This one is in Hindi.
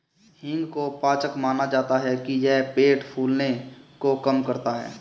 हींग को पाचक माना जाता है कि यह पेट फूलने को कम करता है